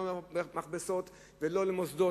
לא על מכבסות ולא על מוסדות,